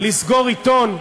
לסגור עיתון,